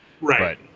right